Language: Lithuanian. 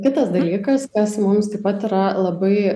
kitas dalykas kas mums taip pat yra labai